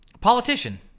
politician